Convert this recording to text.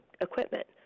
equipment